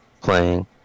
playing